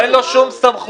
אין לו שום סמכות.